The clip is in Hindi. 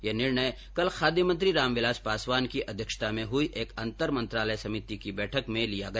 ये निर्णय कल खाद्य मंत्री रामविलास पासवान की अध्यक्षता में हई एक अंतर मंत्रालय समिति की बैठक में लिया गया